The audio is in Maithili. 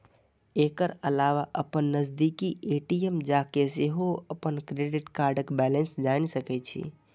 एकर अलावा अपन नजदीकी ए.टी.एम जाके सेहो अपन क्रेडिट कार्डक बैलेंस जानि सकै छी